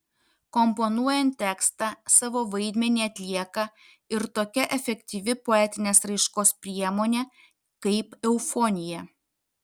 komponuojant tekstą savo vaidmenį atlieka ir tokia efektyvi poetinės raiškos priemonė kaip eufonija